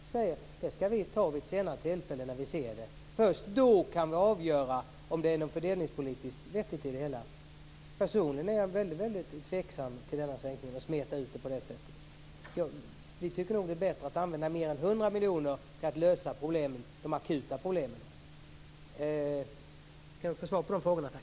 Det skall vi göra vid ett senare tillfälle när vi ser hur det blir. Först då kan vi avgöra om det finns något fördelningspolitiskt vettigt i det hela. Personligen är jag väldigt tveksam till denna sänkning och till att smeta ut det på det här sättet. Vi tycker nog att det är bättre att använda mer än 100 miljoner kronor till att lösa de akuta problemen. Kan jag få svar på de frågorna, tack?